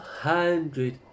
hundred